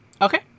Okay